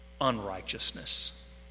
unrighteousness